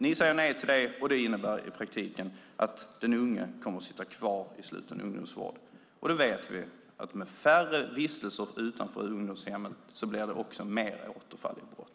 Ni säger nej till det, och det innebär i praktiken att den unge kommer att sitta kvar inom sluten ungdomsvård. Vi vet att med färre vistelser utanför ungdomshemmen blir det fler återfall i brott.